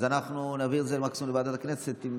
אז אנחנו נעביר את זה מקסימום לוועדת הכנסת.